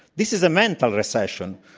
this is a mental recession.